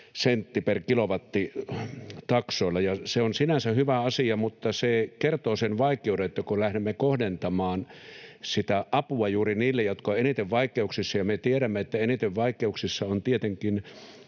sentti per kilowatti ‑taksoilla. Se on sinänsä hyvä asia, mutta se kertoo sen vaikeuden, että kun lähdemme kohdentamaan sitä apua juuri niille, jotka ovat eniten vaikeuksissa — ja me tiedämme, että eniten vaikeuksissa ovat tietenkin